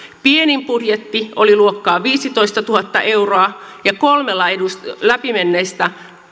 pienin budjetti oli luokkaa viisitoistatuhatta euroa ja kolmella läpi menneistä